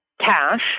cash